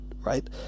right